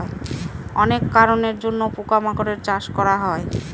অনেক কারনের জন্য পোকা মাকড়ের চাষ করা হয়